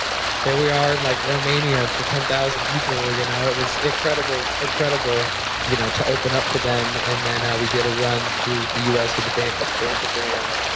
there we are in like romania for ten thousand people, you know. it was incredible incredible you know to open up for them. and then ah we did a run through the us with a band called phantogram.